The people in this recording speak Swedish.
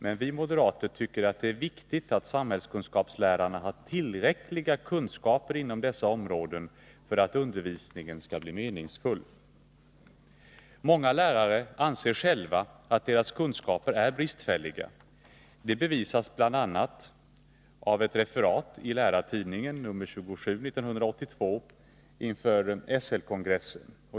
Men vi moderater tycker att det är viktigt att samhällskunskapslärarna har tillräckliga kunskaper inom dessa områden för att undervisningen skall bli meningsfull. Många lärare anser själva att deras kunskaper är bristfälliga. Det bevisas bl.a. av ett referat i Lärartidningen nr 27 1982 inför SL-kongressen.